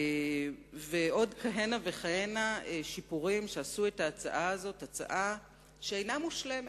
ועוד כהנה וכהנה שיפורים שעשו את ההצעה הזאת הצעה שאינה מושלמת,